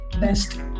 best